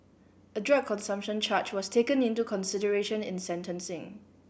a drug consumption charge was taken into consideration in sentencing